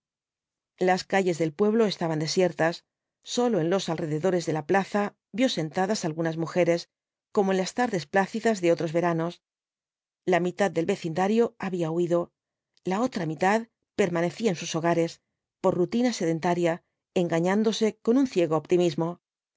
las calles del pueblo estaban desiertas sólo en los alrededores de la plaza vio sentadas algunas mujeres como en las tardes plácidas de otros veranos la mitad del vecindario había huido la otra mitad permanecía en sus hogares por rutina sedentaria engañándose con un ciego optimismo